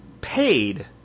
paid